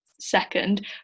second